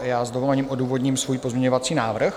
S dovolením odůvodním svůj pozměňovací návrh.